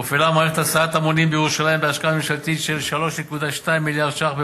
הופעלה מערכת הסעת המונים בירושלים בהשקעה ממשלתית של 3.2 מיליארד ש"ח.